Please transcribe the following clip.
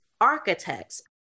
architects